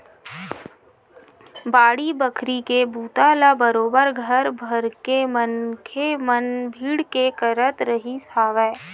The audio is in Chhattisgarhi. बाड़ी बखरी के बूता ल बरोबर घर भरके मनखे मन भीड़ के करत रिहिस हवय